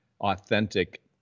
authentic